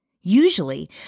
Usually